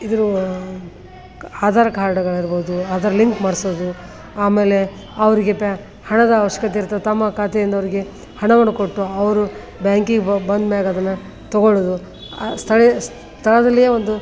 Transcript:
ಇದ್ರ ಆಧಾರ ಕಾರ್ಡ್ಗಳಿರ್ಬೋದು ಆಧಾರ್ ಲಿಂಕ್ ಮಾಡಿಸೋದು ಆಮೇಲೆ ಅವರಿಗೆ ಬ್ಯಾ ಹಣದ ಅವಶ್ಯಕತೆ ಇರ್ತದೆ ತಮ್ಮ ಖಾತೆಯಿಂದ ಅವ್ರಿಗೆ ಹಣವನ್ನು ಕೊಟ್ಟು ಅವರು ಬ್ಯಾಂಕಿಗೆ ಬಂದ ಮ್ಯಾಗೆ ಅದನ್ನು ತೊಗೊಳ್ಳೋದು ಆ ಸ್ಥಳ ಸ್ಥಳದಲ್ಲಿಯೇ ಒಂದು